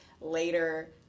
later